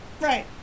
Right